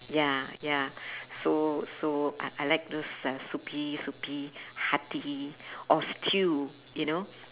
ya ya so so uh I like those uh soupy soupy hearty or stew you know